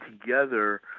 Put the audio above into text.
together